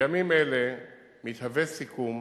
בימים אלה מתהווה סיכום